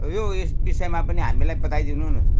यो यस विषयमा पनि हामीलाई बताइदिनु न